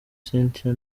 cynthia